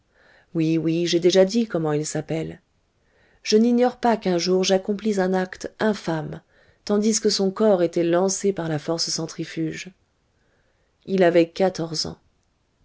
oui oui j'ai déjà dit comment il s'appelle je n'ignore pas qu'un jour j'accomplis un acte infâme tandis que son corps était lancé par la force centrifuge il avait quatorze ans